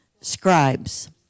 scribes